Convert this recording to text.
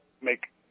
make